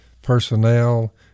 personnel